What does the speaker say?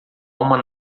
uma